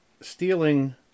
stealing